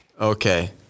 Okay